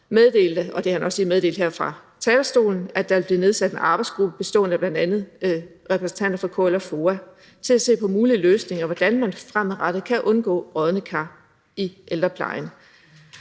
meddelte – og det er også lige meddelt her fra talerstolen – at der vil blive nedsat en arbejdsgruppe bestående af blandt andre repræsentanter for KL og FOA til at se på mulige løsninger på, hvordan man fremadrettet kan undgå brodne kar i ældreplejen.